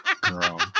Girl